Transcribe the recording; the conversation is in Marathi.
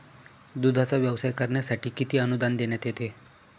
दूधाचा व्यवसाय करण्यासाठी किती अनुदान देण्यात येते?